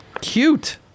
Cute